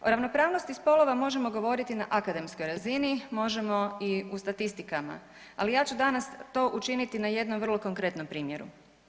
O ravnopravnosti spolova možemo govoriti na akademskoj razini, možemo i u statistikama, ali ja ću danas to učiniti na jednom vrlo konkretnom primjeru.